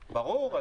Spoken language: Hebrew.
ברור.